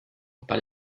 but